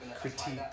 critique